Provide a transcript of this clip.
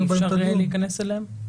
אי אפשר להיכנס אליהן?